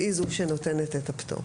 והיא זו שנותנת את הפטור.